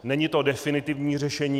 Není to definitivní řešení.